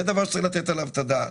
זה דבר שצריך לתת עליו את הדעת.